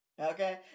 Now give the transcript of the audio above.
okay